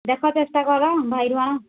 ଦେଖ ଚେଷ୍ଟା କର ଭାଇ ବା